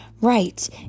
right